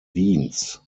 wiens